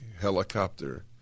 helicopter